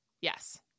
Yes